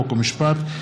חוק ומשפט,